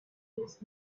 his